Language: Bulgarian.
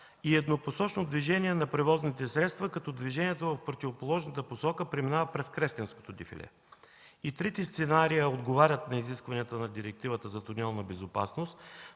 и еднопосочно движение на превозните средства като движението в противоположната посока преминава през Кресненското дефиле. И трите сценария отговарят на изискванията на Директивата за тунелна безопасност,